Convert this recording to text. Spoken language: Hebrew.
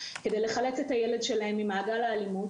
כדי לחלץ את הילד ממעגל האלימות.